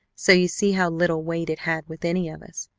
so you see how little weight it had with any of us.